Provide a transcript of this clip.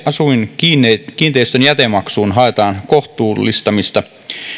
asuinkiinteistön jätemaksuun haetaan kohtuullistamista